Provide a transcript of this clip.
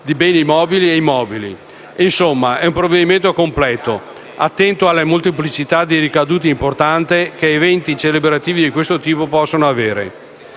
di beni mobili e immobili. Insomma, è un provvedimento completo, attento alla molteplicità di ricadute importanti che eventi celebrativi di questo tipo possono avere.